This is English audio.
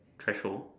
threshold